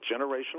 generational